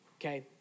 okay